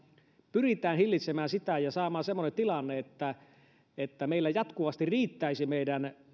pyritään hillitsemään sitä ja saamaan semmoinen tilanne että että meillä jatkuvasti riittäisi meidän